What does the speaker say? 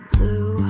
Blue